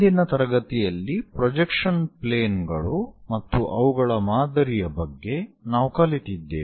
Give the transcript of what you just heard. ಹಿಂದಿನ ತರಗತಿಯಲ್ಲಿ projection plane ಗಳು ಮತ್ತು ಅವುಗಳ ಮಾದರಿಯ ಬಗ್ಗೆ ನಾವು ಕಲಿತಿದ್ದೇವೆ